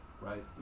right